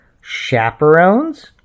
chaperones